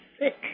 sick